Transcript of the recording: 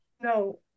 no